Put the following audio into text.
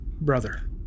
brother